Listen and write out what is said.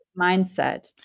mindset